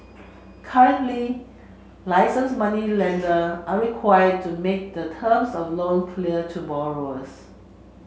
currently licensed moneylender are required to make the terms of loan clear to borrowers